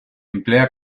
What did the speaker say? emplea